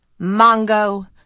Mongo